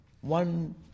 one